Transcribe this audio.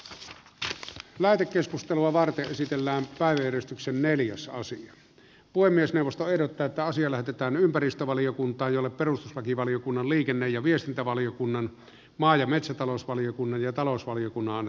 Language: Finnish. saksa vaati keskustelua varten esitellään päivystyksen mediassa osin puhemiesneuvosto ehdottaa että asia lähetetään ympäristövaliokuntaan jolle perustuslakivaliokunnan liikenne ja viestintävaliokunnan maa ja metsätalousvaliokunnan ja talousvaliokunnan